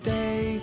day